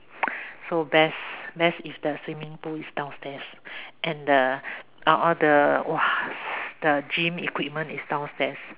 so best best if the swimming pool is downstairs and the uh oh the !wah! the gym equipment is downstairs